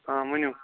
ہاں ؤنِو